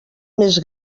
més